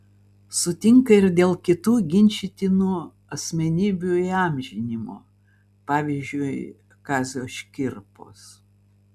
sutinka ir dėl kitų ginčytinų asmenybių įamžinimo pavyzdžiui kazio škirpos